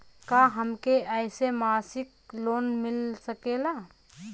का हमके ऐसे मासिक लोन मिल सकेला?